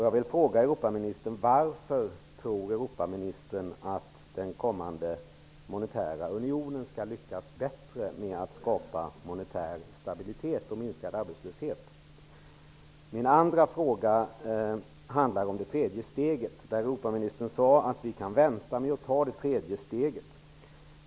Jag vill fråga: Varför tror Europaministern att den kommande monetära unionen skall lyckas bättre med att skapa monetär stabilitet och minskad arbetslöshet? Min andra fråga handlar om det tredje steget, som Europaministern sade att vi kan vänta med att ta.